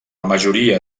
majoria